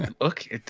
look